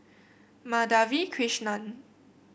Madhavi Krishnan